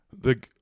The-